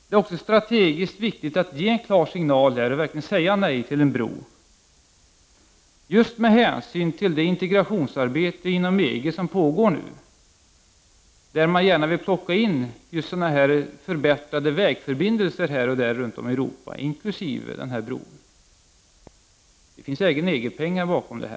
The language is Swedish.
Det är också strategiskt viktigt att vi ger en klar signal och verkligen säger nej till en bro, just med hänsyn till det integrationsarbete som nu pågår inom EG. I det sammanhanget vill man gärna åstadkomma förbättrade vägförbindelser runt om Europa, inkl. denna bro. Det finns säkerligen EG-pengar bakom detta.